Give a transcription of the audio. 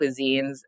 cuisines